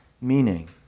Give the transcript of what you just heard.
meaning